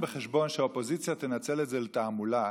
בחשבון שהאופוזיציה תנצל את זה לתעמולה.